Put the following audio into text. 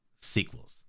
sequels